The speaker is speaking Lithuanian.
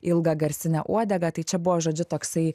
ilgą garsinę uodegą tai čia buvo žodžiu toksai